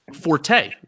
forte